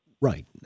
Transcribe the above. Right